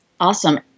Awesome